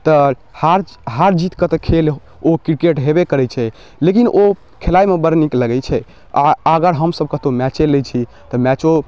तऽ हार हार जीतके तऽ खेल ओ किरकेट हेबे करै छै लेकिन ओ खेलाइमे बड़ नीक लगै छै आओर अगर हमसब कतहु मैचे लै छी तऽ मैचो